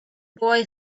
boy